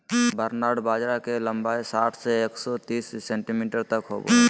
barnyard बाजरा के लंबाई साठ से एक सो तिस सेंटीमीटर तक होबा हइ